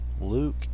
Luke